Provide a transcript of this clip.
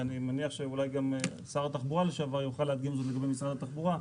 ואני מניח שאולי גם שר התחבורה לשעבר יוכל להדגים זאת במשרד התחבורה,